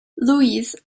louis